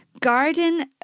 Garden